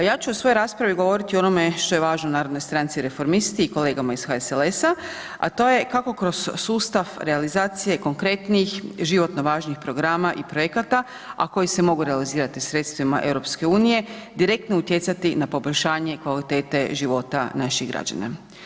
Ja ću u svojoj raspravi govoriti o onome što je važno naravno i Stranci Reformisti i kolegama iz HSLS-a, a to je kako kroz sustav realizacije konkretnih životno važnih programa i projekata, a koji se mogu realizirati sredstvima EU, direktno utjecati na poboljšanje kvalitete života naših građana.